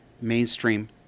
mainstream